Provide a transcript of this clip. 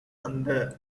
அந்த